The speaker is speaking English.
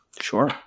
Sure